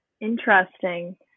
interesting